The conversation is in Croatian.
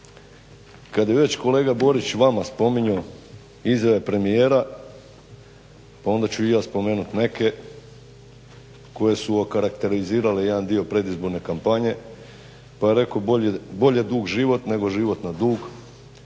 kad je već kolega Borić vama spominjao izjave premijera pa onda ću i ja spomenuti neke koje su okarakterizirale jedan dio predizborne kampanje. Pa je rekao, bolje dug život nego život na dug,